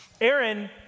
Aaron